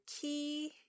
key